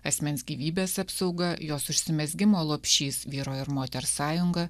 asmens gyvybės apsauga jos užsimezgimo lopšys vyro ir moters sąjunga